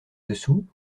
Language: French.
dessous